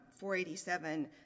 487